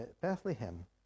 Bethlehem